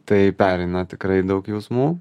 tai pereina tikrai daug jausmų